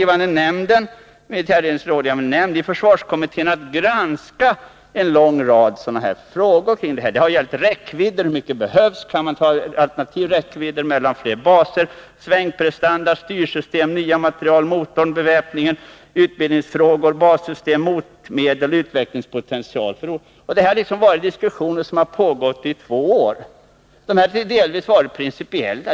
Vi har i militärledningens rådgivande nämnd och i försvarskommittén haft möjlighet att granska en lång rad frågor, t.ex. hur stor räckvidd som behövs och om man kan ha kortare räckvidd men i stället fler baser. Vi har diskuterat 29 svängprestanda, styrsystem, nya material, motor, beväpning, utbildningsfrågor, bassystem, motmedel och utvecklingspotential hos olika alternativ. Dessa diskussioner har pågått i två år. De har delvis varit principiella.